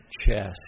chest